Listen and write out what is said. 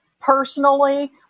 personally